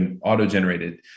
auto-generated